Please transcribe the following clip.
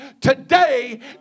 today